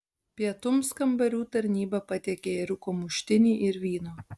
pietums kambarių tarnyba patiekė ėriuko muštinį ir vyno